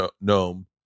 Gnome